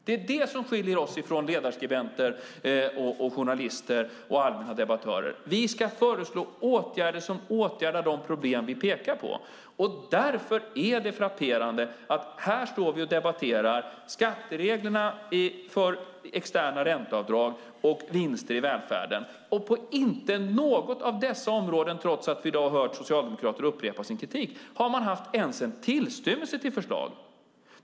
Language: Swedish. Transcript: Det är det som skiljer oss från ledarskribenter, journalister och andra debattörer. Vi ska föreslå åtgärder som åtgärdar de problem vi pekar på. Därför är det frapperande att vi här debatterar skattereglerna för externa ränteavdrag och vinster i välfärden och inte på något av dessa områden, trots att vi i dag har hört socialdemokrater upprepa sin kritik, har man haft ens en tillstymmelse till förslag.